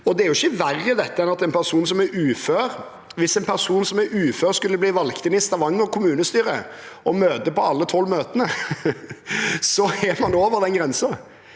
000 kr i året. Hvis en person som er ufør, skulle bli valgt inn i Stavanger kommunestyre og møte på alle 12 møtene, er man over den grensen.